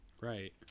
right